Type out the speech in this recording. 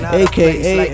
aka